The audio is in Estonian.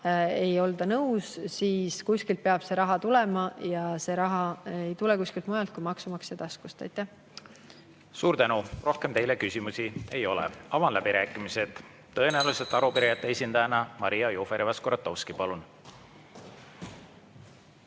ei olda nõus. Aga kuskilt peab see raha tulema ja see raha ei tule kuskilt mujalt kui maksumaksja taskust. Suur tänu! Rohkem teile küsimusi ei ole. Avan läbirääkimised. Tõenäoliselt arupärijate esindajana Maria Jufereva-Skuratovski, palun!